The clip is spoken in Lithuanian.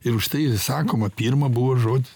ir užtai sakoma pirma buvo žodis